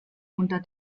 unter